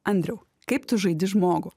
andriau kaip tu žaidi žmogų